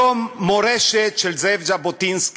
יום מורשת של זאב ז'בוטינסקי,